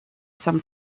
some